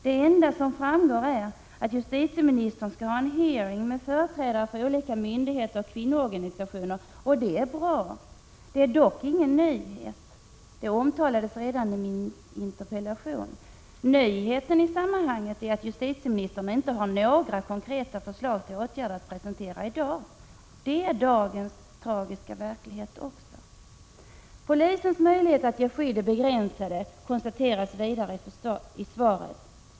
Det enda som framgår är att justitieministern skall ha en utfrågning med företrädare för olika myndigheter och kvinnoorganisationer — och det är ju bra. Det är dock ingen nyhet, för detta nämnde jag redan i min interpellation. Nyheten i sammanhanget är att justitieministern inte har några konkreta förslag till åtgärder att presentera i dag. Detta är dagens tragiska verklighet. Polisens möjligheter att ge skydd är begränsade, konstateras vidare i svaret.